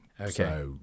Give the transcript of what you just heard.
Okay